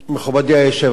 מכובדי היושב-ראש,